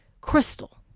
crystal